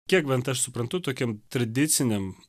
kiek bent aš suprantu tokiam tradiciniam